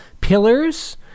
pillars